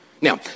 Now